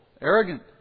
arrogant